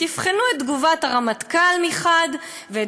תבחנו את תגובת הרמטכ"ל מחד גיסא ואת